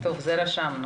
את זה רשמנו.